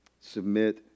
submit